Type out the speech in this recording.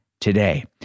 today